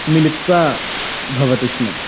मिलित्वा भवति स्म